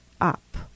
up